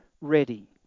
ready